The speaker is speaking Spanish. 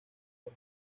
por